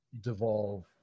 devolve